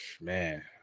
Man